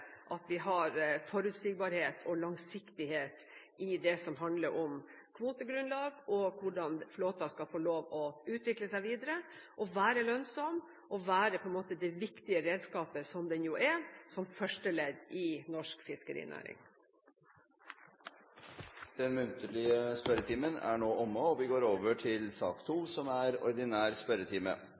at vi har forutsigbarhet og langsiktighet i det som handler om kvotegrunnlag, og om hvordan flåten skal få lov til å utvikle seg videre og være lønnsom og være det viktige redskapet som den jo er som første ledd i norsk fiskerinæring. Den muntlige spørretimen er nå omme, og vi går over til